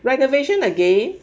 renovation again